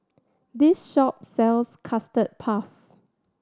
this shop sells Custard Puff